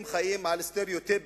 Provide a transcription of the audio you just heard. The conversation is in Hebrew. הוא חי על סטריאוטיפים,